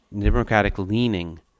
Democratic-leaning